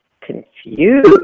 confused